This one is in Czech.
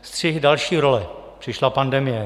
Střih, další role: přišla pandemie.